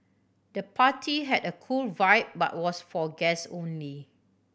the party had a cool vibe but was for guess only